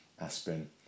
aspirin